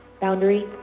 Boundary